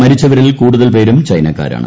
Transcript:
മരിച്ചവരിൽ ക്ടൂടുത്ൽ പേരും ചൈനക്കാരാണ്